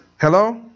Hello